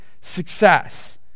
success